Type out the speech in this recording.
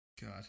God